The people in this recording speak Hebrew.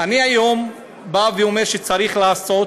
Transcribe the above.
אני היום בא ואומר שצריך לעשות